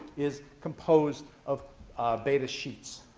is composed of beta sheets.